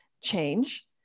change